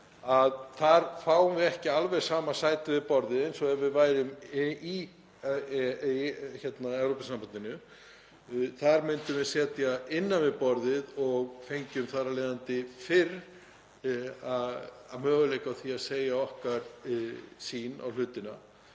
Við fáum ekki alveg sama sæti við borðið eins og ef við værum í Evrópusambandinu. Þar myndum við sitja við borðið og fengjum þar af leiðandi fyrr möguleika á því að segja frá okkar sýn á hlutina.